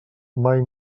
mai